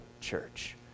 church